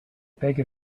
beg